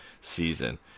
season